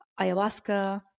ayahuasca